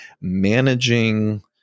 managing